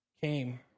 came